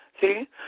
See